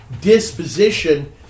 disposition